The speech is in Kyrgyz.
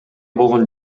болгон